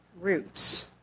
roots